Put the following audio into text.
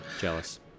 jealous